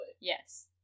Yes